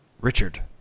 Richard